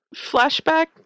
flashback